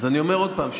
אז אני אומר עוד פעם,